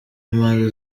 n’impande